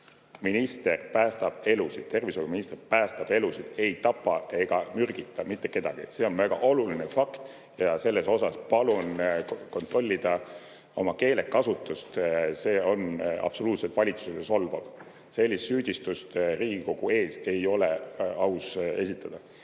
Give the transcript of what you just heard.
Minister päästab elusid. Tervishoiuminister päästab elusid, ei tapa ega mürgita mitte kedagi. See on väga oluline fakt ja selles osas palun kontrollida oma keelekasutust. See on valitsusele absoluutselt solvav. Sellist süüdistust siin Riigikogu ees ei ole aus esitada.